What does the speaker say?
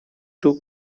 took